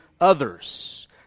others